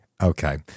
Okay